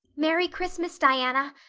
merry christmas, diana!